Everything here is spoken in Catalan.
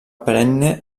perenne